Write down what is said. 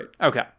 Okay